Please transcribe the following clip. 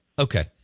Okay